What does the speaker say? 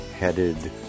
headed